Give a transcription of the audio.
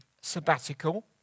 sabbatical